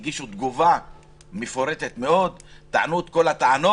והם הגישו תגובה מפורטת מאוד וטענו בה את כל הטענות.